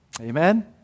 Amen